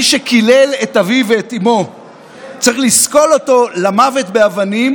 מי שקילל את אביו ואת אימו צריך לסקול אותו למוות באבנים,